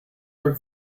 look